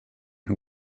who